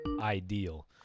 ideal